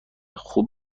خوب